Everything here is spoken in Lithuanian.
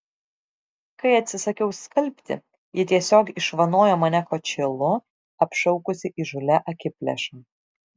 kai atsisakiau skalbti ji tiesiog išvanojo mane kočėlu apšaukusi įžūlia akiplėša